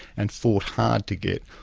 and fought hard to get,